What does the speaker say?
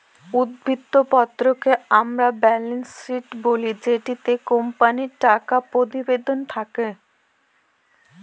উদ্ধৃত্ত পত্রকে আমরা ব্যালেন্স শীট বলি যেটিতে কোম্পানির টাকা প্রতিবেদন থাকে